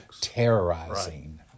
terrorizing